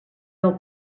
del